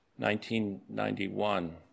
1991